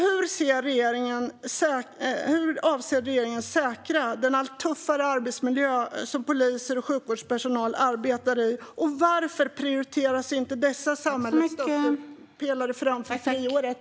Hur avser regeringen att göra den allt tuffare arbetsmiljö som poliser och sjukvårdspersonal arbetar i säker? Varför prioriteras inte dessa samhällets stöttepelare framför friåret?